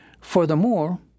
Furthermore